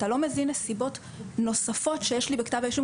אתה לא מבין נסיבות נוספות שיש לי בכתב האישום